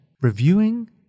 Reviewing